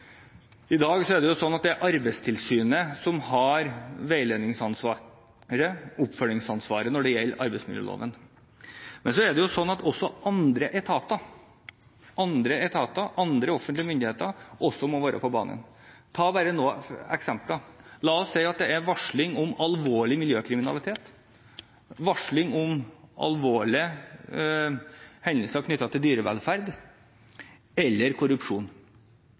I dag er det sånn at det er Arbeidstilsynet som har veiledningsansvaret og oppfølgingsansvaret når det gjelder arbeidsmiljøloven. Men også andre etater, andre offentlige myndigheter, må være på banen. Jeg tar noen eksempler: La oss si at det er varsling om alvorlig miljøkriminalitet, alvorlige hendelser knyttet til dyrevelferd eller korrupsjon.